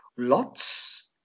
Lots